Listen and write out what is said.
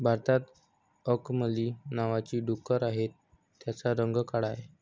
भारतात अंकमली नावाची डुकरं आहेत, त्यांचा रंग काळा आहे